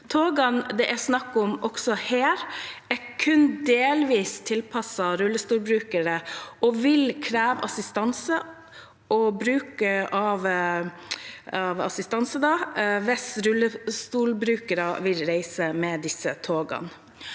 Togene det er snakk om også her, er kun delvis tilpasset rullestolbrukere, og det vil kreve bruk av assistanse hvis rullestolbrukere skal reise med disse togene.